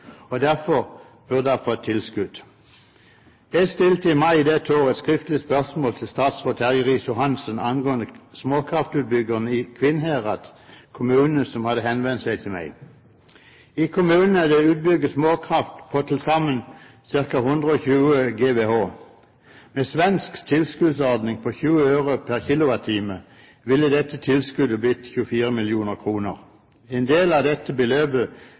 og derfor burde ha fått tilskudd. Jeg stilte i mai i år et skriftlig spørsmål til statsråd Terje Riis-Johansen angående småkraftutbyggerne i Kvinnherad kommune som hadde henvendt seg til meg. I kommunen er det bygget ut småkraft på til sammen ca. 120 GWh. Med en svensk tilskuddsordning på 20 øre/kWh ville dette tilskuddet blitt 24 mill. kr. En del av dette beløpet